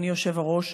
אדוני היושב-ראש.